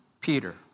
Peter